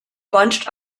bunched